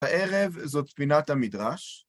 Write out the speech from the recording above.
הערב זאת פינת המדרש.